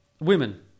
Women